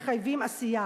מחייבים עשייה.